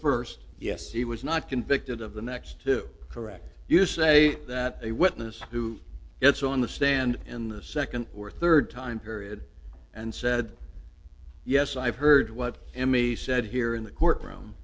first yes he was not convicted of the next two correct you say that a witness who gets on the stand in the second or third time period and said yes i've heard what m e said here in the courtroom